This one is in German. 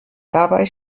dabei